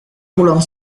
pulang